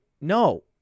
no